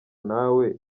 nawe